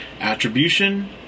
Attribution